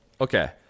Okay